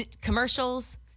Commercials